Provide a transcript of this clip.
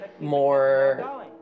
more